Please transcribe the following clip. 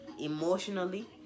emotionally